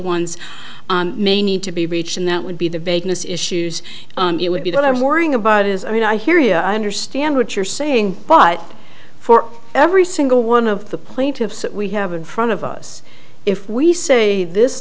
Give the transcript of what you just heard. ones may need to be reached and that would be the biggest issues it would be that i'm worrying about is i mean i hear you i understand what you're saying but for every single one of the plaintiffs that we have in front of us if we say this